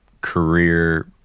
career